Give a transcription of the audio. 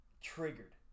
triggered